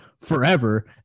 forever